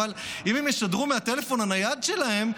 אבל אם הם ישדרו מהטלפון הנייד שלהם,